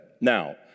Now